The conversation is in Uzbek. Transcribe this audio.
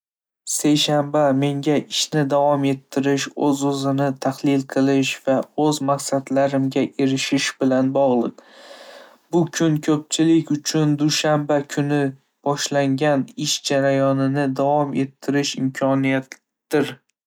Seshanba menga ishni davom ettirish, o'z-o'zini tahlil qilish va o'z maqsadlarimga erishish bilan bog'liq. Bu kun ko'pchilik uchun dushanba kuni boshlangan ish jarayonini davom ettirish imkoniyatidir.